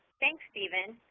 thanks, stephen.